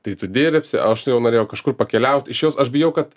tai tu dirbsi aš jau norėjau kažkur pakeliaut iš jos aš bijau kad